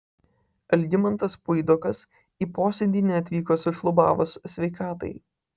algimantas puidokas į posėdį neatvyko sušlubavus sveikatai